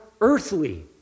earthly